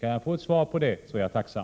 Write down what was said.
Kan jag få ett svar på den frågan, är jag tacksam.